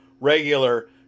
regular